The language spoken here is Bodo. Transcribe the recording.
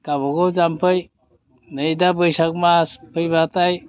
गावबागाव जाम्फै नै दा बैसाग मास फैबाथाय